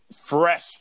fresh